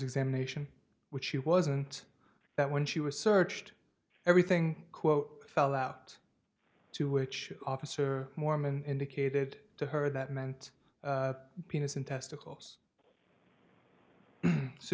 examination which she wasn't that when she was searched everything quote fell out to which officer mormon indicated to her that meant penis in testicles so